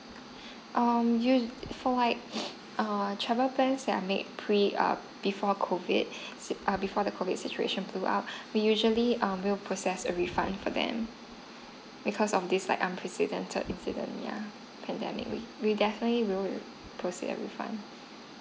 um usu~ for like err travel plans that are made pre err before COVID uh before the COVID situation blew up we usually um we will process a refund for them because of this like unprecedented incident yeah pandemic we we definitely will procees a refund